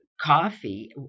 coffee